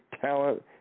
talent